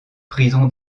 prison